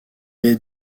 est